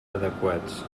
adequats